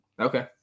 Okay